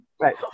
right